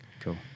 Cool